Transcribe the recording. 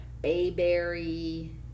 Bayberry